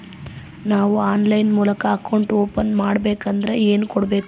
ನಾವು ಆನ್ಲೈನ್ ಮೂಲಕ account open ಮಾಡಬೇಂಕದ್ರ ಏನು ಕೊಡಬೇಕು?